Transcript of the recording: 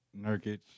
Nurkic